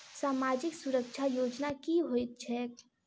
सामाजिक सुरक्षा योजना की होइत छैक?